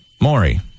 Maury